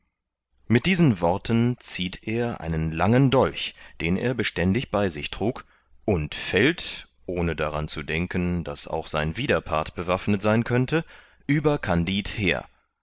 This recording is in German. mit diesen worten zieht er einen langen dolch den er beständig bei sich trug und fällt ohne daran zu denken daß auch sein widerpart bewaffnet sein könnte über kandid her